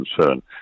concern